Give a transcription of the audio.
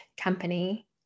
company